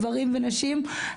גברים ונשים,